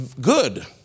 good